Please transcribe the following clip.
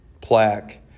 plaque